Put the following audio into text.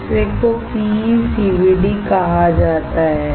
दूसरे को PECVD कहा जाता है